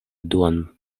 duan